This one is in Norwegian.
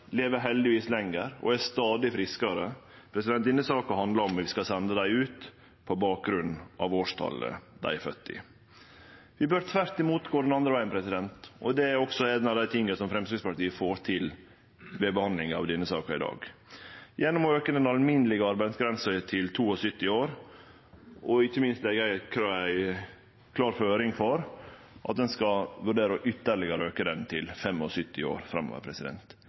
lever heldigvis lenger og er stadig friskare. Denne saka handlar om om vi skal sende dei ut på bakgrunn av årstalet dei er fødde i. Vi bør tvert imot gå den andre vegen, og det er også ein av dei tinga som Framstegspartiet får til ved behandlinga av denne saka i dag, gjennom å auke den alminnelege aldersgrensa for arbeid til 72 år og ikkje minst ei klar føring om at ein skal vurdere å auke ho ytterlegare til 75 år framover.